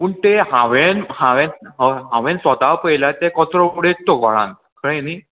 पूण ते हांवें हांवें हांवेंन स्वता पळयलां ते कचरो उडयत तो व्हाळान कळ्ळें न्ही